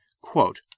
Quote